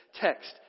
text